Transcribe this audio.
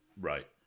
Right